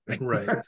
right